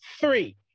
three